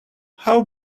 how